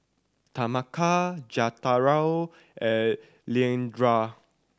Tameka Jethro and Leandra